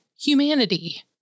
humanity